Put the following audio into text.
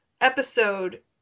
episode